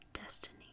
Destiny